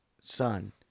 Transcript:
son